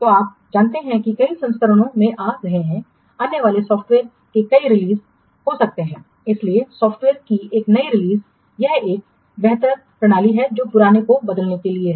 तो आप जानते हैं कि कई संस्करणों में आ रहे हैं आने वाले सॉफ़्टवेयर के कई रिलीज़ Microsoft हो सकते हैं इसलिए सॉफ्टवेयर की एक नई रिलीज यह एक बेहतर प्रणाली है जो पुराने को बदलने के लिए है